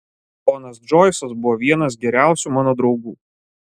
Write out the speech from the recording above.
ponas džoisas buvo vienas geriausių mano draugų